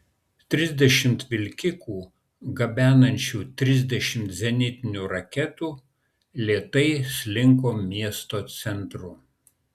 trisdešimt vilkikų gabenančių trisdešimt zenitinių raketų lėtai slinko miesto centru